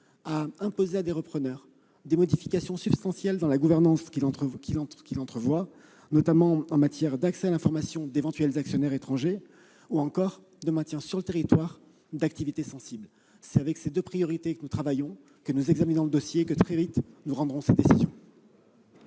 à imposer au repreneur des modifications substantielles dans la gouvernance qu'il entrevoit, notamment en matière d'accès à l'information d'éventuels actionnaires étrangers, ou encore de maintien sur le territoire d'activités sensibles. C'est en prenant en compte ces deux priorités que nous travaillons, que nous examinons le dossier et que nous rendrons très vite